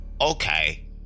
Okay